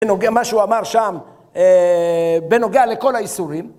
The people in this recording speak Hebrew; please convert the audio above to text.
בנוגע מה שהוא אמר שם, בנוגע לכל האיסורים